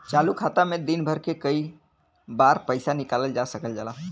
चालू खाता में दिन भर में कई बार पइसा निकालल जा सकल जाला